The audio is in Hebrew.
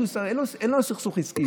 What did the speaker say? אני נמצא בכנסת לא